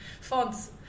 Fonts